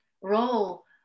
role